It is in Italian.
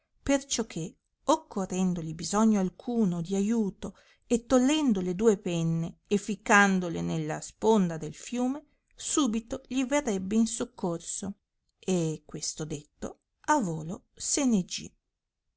dovesse perciò che occorrendoli bisogno alcuno di aiuto e tollendo le due penne e ficcandole nella sponda del fiume subito gli verrebbe in soccorso e questo detto a volo se ne gì